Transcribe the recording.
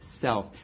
self